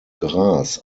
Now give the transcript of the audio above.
gras